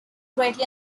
greatly